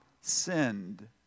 sinned